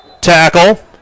tackle